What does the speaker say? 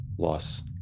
...loss